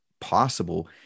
possible